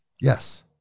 Yes